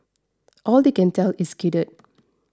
all they can tell is skidded